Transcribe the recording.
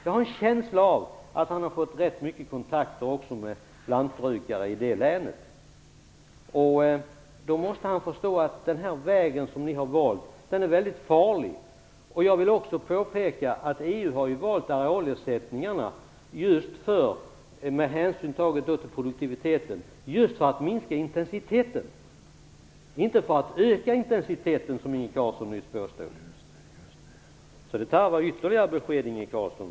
Jag har en känsla av att han har fått ganska många kontakter med lantbrukare i det länet. Då måste han också förstå att den väg som ni har valt är mycket farlig. Jag vill också påpeka att EU har valt arealersättningar, med hänsyn taget till produktiviteten, just för att minska intensiteten, och inte för att öka den, som Inge Carlsson nyss påstod. Det tarvar ytterligare besked, Inge Carlsson!